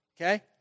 okay